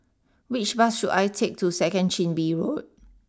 which bus should I take to second Chin Bee Road